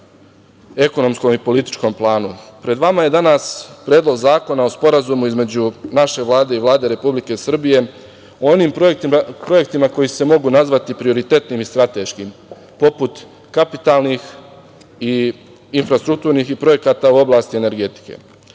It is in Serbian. ekonomskom i političkom planu. Pred vama je danas Predlog zakona o Sporazumu između naše Vlade i Vlade Republike Srbije o onim projektima koji se mogu nazvati prioritetnim i strateškim, poput kapitalnih i infrastrukturnih i projekata u oblasti energetike.